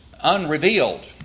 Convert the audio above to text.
unrevealed